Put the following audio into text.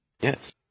Yes